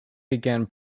began